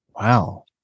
Wow